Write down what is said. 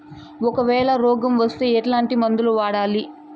ఒకవేల రోగం వస్తే ఎట్లాంటి మందులు వాడాలి?